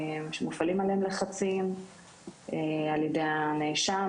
מופעלים עליהם לחצים ע"י הנאשם,